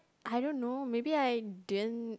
I don't know maybe I didn't